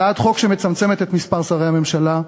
הצעת חוק שמצמצמת את מספר שרי הממשלה,